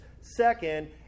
second